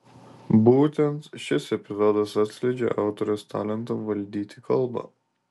būtent šis epizodas atskleidžią autorės talentą valdyti kalbą